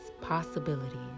possibilities